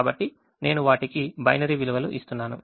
కాబట్టి నేను వాటికి బైనరీ విలువలను ఇస్తున్నాను